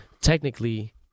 Technically